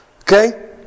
Okay